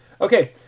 Okay